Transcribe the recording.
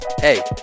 Hey